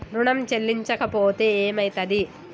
ఋణం చెల్లించకపోతే ఏమయితది?